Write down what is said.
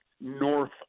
north